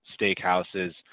Steakhouses